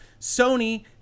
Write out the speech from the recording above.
Sony